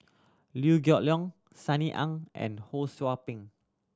Liew Geok Leong Sunny Ang and Ho Sou Ping